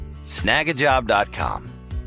snagajob.com